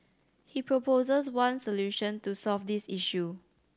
he proposes one solution to solve this issue